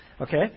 okay